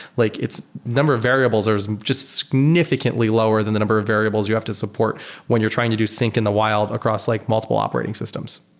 like it's number of variables or it's just significantly lower than the number of variables you have to support when you're trying to do sync in the wild across like multiple operating systems.